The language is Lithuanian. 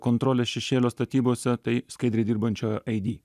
kontrolės šešėlio statybose tai skaidriai dirbančiojo aidy